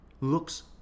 looks